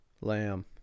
Lamb